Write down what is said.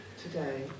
today